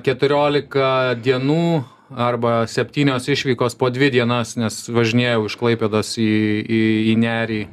keturiolika dienų arba septynios išvykos po dvi dienas nes važinėjau iš klaipėdos į į į nerį